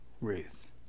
Ruth